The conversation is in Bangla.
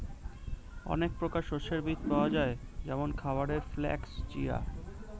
অনেক প্রকারের শস্যের বীজ পাওয়া যায় যেমন খাবারের ফ্লাক্স, চিয়া